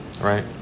right